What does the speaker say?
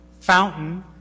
fountain